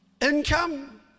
income